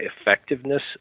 effectiveness